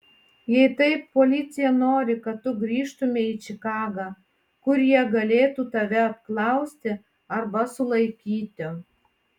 jei taip policija nori kad tu grįžtumei į čikagą kur jie galėtų tave apklausti arba sulaikyti